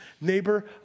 neighbor